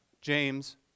James